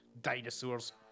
Dinosaurs